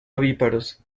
ovíparos